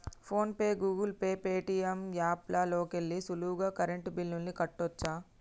phone pay, Google Pay, Paytm app లోకెల్లి సులువుగా current బిల్లుల్ని కట్టచ్చు